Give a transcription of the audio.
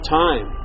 time